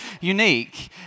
unique